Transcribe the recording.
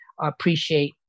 appreciate